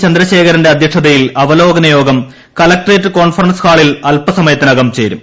ചന്ദ്രശേഖരന്റെ അധ്യക്ഷതയിൽ അവലോകനയോഗം കലക്ടറേറ്റ് കോൺഫറൻസ് ഹാളിൽ അല്പസമയത്തിനകം ചേരും